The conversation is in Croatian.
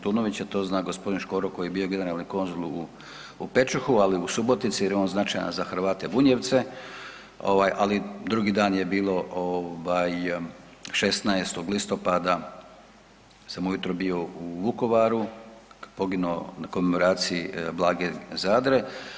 To zna gospodin Škoro koji je bio generalni konzul u Pečuhu, ali u Subotici jer je on značajan za Hrvate Bunjevce, ali drugi dan je bilo 16. listopada sam ujutro bio u Vukovaru na komemoraciji Blage Zadre.